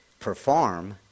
perform